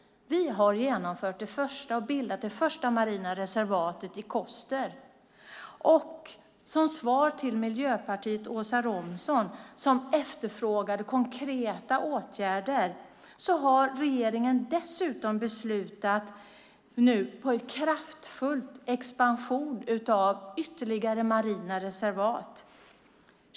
Vi har bildat det första marina reservatet i Koster. Som svar till Miljöpartiets Åsa Romson, som efterfrågade konkreta åtgärder, kan jag säga att regeringen dessutom har beslutat om en kraftfull expansion av ytterligare marina reservat.